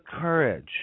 courage